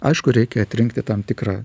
aišku reikia atrinkti tam tikrą